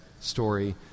story